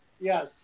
Yes